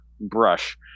brush